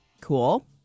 Cool